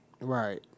Right